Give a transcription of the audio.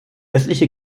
östliche